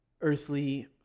earthly